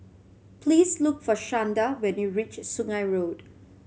please look for Shanda when you reach Sungei Road